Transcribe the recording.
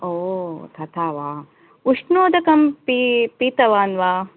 ओ तथा वा उष्णोदकं पी पीतवान् वा